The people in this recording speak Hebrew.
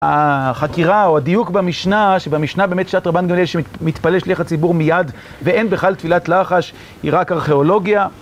החקירה, או הדיוק במשנה, שבמשנה באמת שעת רבן גמליאל יש שמתפלל שליח הציבור מיד, ואין בכלל תפילת לחש, היא רק ארכיאולוגיה.